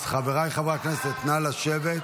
חבריי חברי הכנסת, נא לשבת.